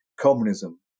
communism